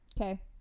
okay